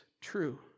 true